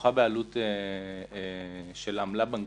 שכרוכה בעלות של עמלה בנקאית,